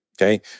Okay